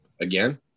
again